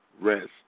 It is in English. rest